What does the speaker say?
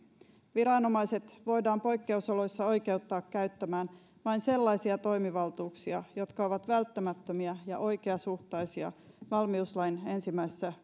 viranomaiset voidaan poikkeusoloissa oikeuttaa käyttämään vain sellaisia toimivaltuuksia jotka ovat välttämättömiä ja oikeasuhtaisia valmiuslain ensimmäisessä